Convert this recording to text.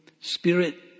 spirit